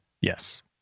Yes